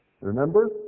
Remember